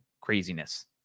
craziness